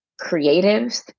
creatives